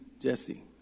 Jesse